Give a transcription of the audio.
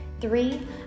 Three